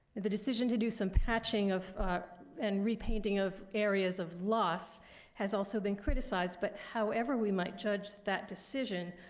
the decision to do some patching of and repainting of areas of loss has also been criticized, but however we might judge that decision,